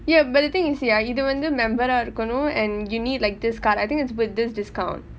ya but the thing is ya இது வந்து:ithu vanthu member ah இருக்கணும்:irukkanum and you need like this card I think it's with this discount